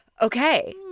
okay